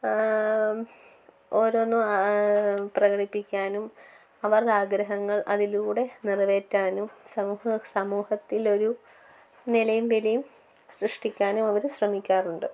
ഓരോന്നു പ്രകടിപ്പിക്കാനും അവരുടെ ആഗ്രഹങ്ങൾ അതിലൂടെ നിറവേറ്റാനും സമൂഹ സമൂഹത്തിൽ ഒരു നിലയും വിലയും സൃഷ്ടിക്കാനും അവർ ശ്രമിക്കാറുണ്ട്